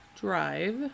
Drive